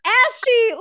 ashy